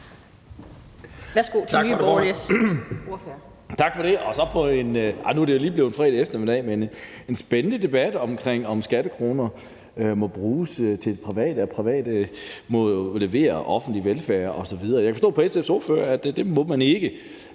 Værsgo til Nye Borgerliges ordfører.